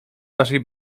naszej